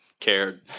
cared